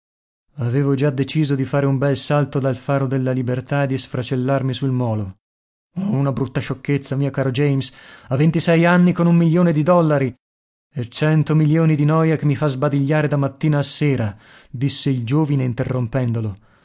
avevo già deciso di fare un bel salto dal faro della libertà e di sfracellarmi sul molo una brutta sciocchezza mio caro james a ventisei anni con un milione di dollari e cento milioni di noia che mi fa sbadigliare da mattina a sera disse il giovine interrompendolo